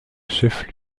chef